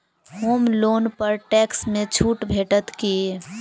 होम loan पर टैक्स मे छुट भेटत की